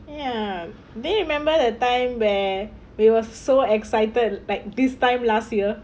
ya they remember the time where we were so excited like this time last year